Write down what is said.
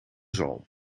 zalm